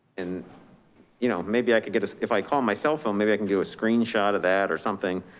and you know maybe i could get, if i call my cell phone, maybe i can do a screenshot of that or something.